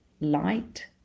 light